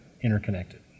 interconnected